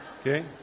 Okay